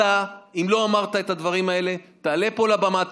אתה, אם לא אמרת את הדברים האלה, תעלה לפה, לבמה.